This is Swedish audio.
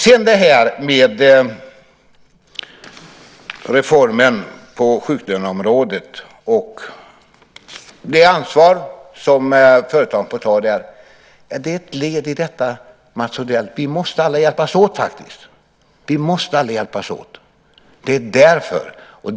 När det gäller reformen på sjuklöneområdet och det ansvar som företagen får ta är detta ett led i att vi alla måste hjälpas åt. Det är därför som vi inför en sådan reform.